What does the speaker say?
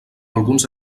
alguns